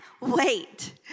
wait